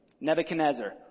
Nebuchadnezzar